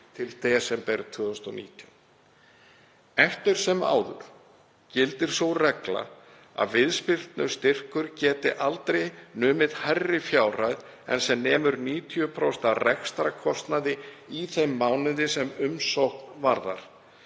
til desember 2019. Eftir sem áður gildir sú regla að viðspyrnustyrkur geti aldrei numið hærri fjárhæð en sem nemur 90% af rekstrarkostnaði í þeim mánuði sem umsókn varðar.